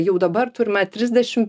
jau dabar turime trisdešim